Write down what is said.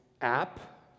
app